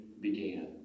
began